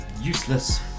useless